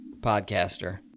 podcaster